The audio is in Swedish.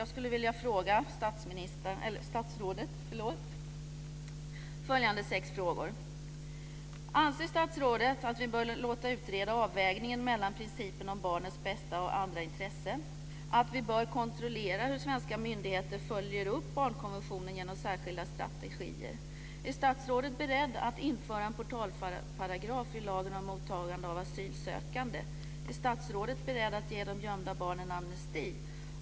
Jag skulle vilja ställa sex frågor till statsrådet. Anser statsrådet att vi bör låta utreda avvägningen mellan principen om barnens bästa och andra intressen? Anser statsrådet att vi bör kontrollera hur svenska myndigheter följer upp barnkonventionen genom särskilda strategier? Är statsrådet beredd att införa en portalparagraf i lagen om mottagande av asylsökande? Är statsrådet beredd att ge de gömda barnen amnesti?